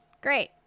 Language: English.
Great